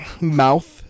mouth